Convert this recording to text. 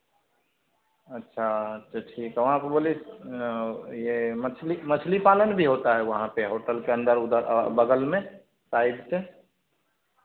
अच्छा तो ठीक है वहाँ पर बोले ये मछली मछली पालन भी होता है वहाँ पर होटल के अंदर उधर बगल में साइड पर